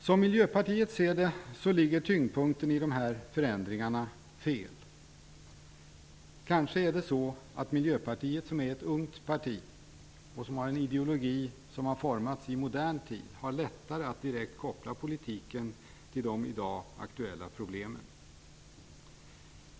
Som Miljöpartiet ser det ligger tyngdpunkten i de här förändringarna fel. Kanske är det så att Miljöpartiet, som är ett ungt parti och som har en ideologi som har formats i modern tid, har lättare att direkt koppla politiken till de i dag aktuella problemen.